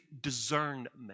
discernment